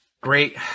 great